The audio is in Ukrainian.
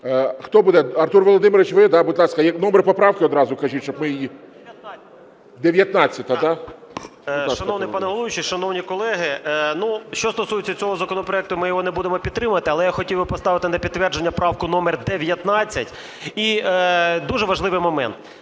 Хто буде? Артур Володимирович, ви, да, будь ласка. Номер поправки одразу кажіть, щоб ми її... 19-а, да? 14:57:47 ГЕРАСИМОВ А.В. Шановний пане головуючий, шановні колеги, ну, що стосується цього законопроекту, ми його не будемо підтримувати. Але я хотів би поставити на підтвердження правку номер 19. І дуже важливий момент